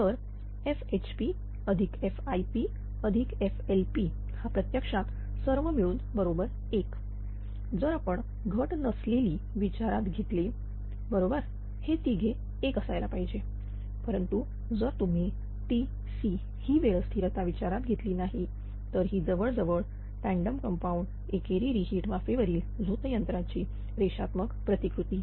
तर FHPFIPFLP हा प्रत्यक्षात सर्व मिळून बरोबर 1 जर आपण घट नसलेली विचारात घेतले बरोबर हे तिघे 1 असायला पाहिजे परंतु जर तुम्ही TC ही वेळ स्थिरता विचारात घेतली नाही तर ही जवळ जवळ टँडम कंपाऊंड एकेरी रि हीट वाफेवरील झोत यंत्राची रेषात्मक प्रतिकृती